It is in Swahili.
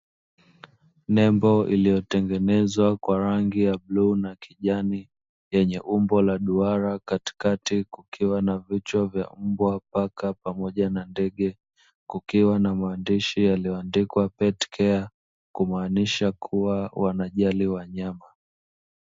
Nembo iliyotengenezwa kwa rangi ya bluu na kijani, yenye umbo la duara; katikati kukiwa na vichwa vya: mbwa, paka, pamoja na ndege. Kukiwa na maandishi yaliyoandikwa "Pet Care", kumaanisha kuwa wanajali wanyama.